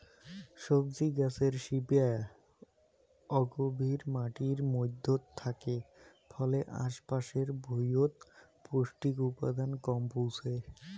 সবজি গছের শিপা অগভীর মাটির মইধ্যত থাকে ফলে আশ পাশের ভুঁইয়ত পৌষ্টিক উপাদান কম পৌঁছায়